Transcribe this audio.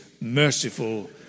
merciful